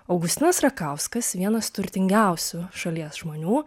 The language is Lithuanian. augustinas rakauskas vienas turtingiausių šalies žmonių